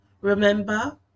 Remember